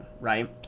right